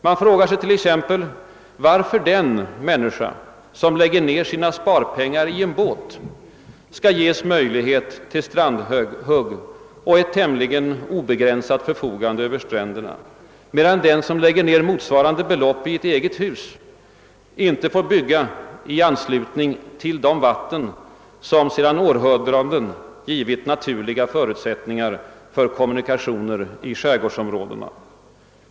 Man frågar sig t.ex. varför den som lägger ned sina sparpengar i en båt skall ges möjlighet att göra strandhugg och att tämligen obegränsat förfoga över stränderna, medan den som lägger ned motsvarande belopp i ett eget hus inte får rätt att bygga i anslutning till de vatten som sedan århundraden givit naturliga förutsättningar för kommunikation i skärgårdsområdet.